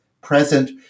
present